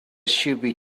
shooby